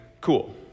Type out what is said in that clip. cool